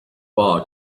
bar